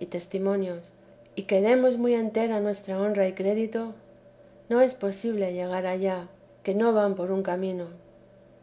y testimonios y queremos muy entera nu honra y crédito no es posible llegar allá que no van por un camino